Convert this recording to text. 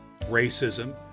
racism